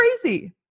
crazy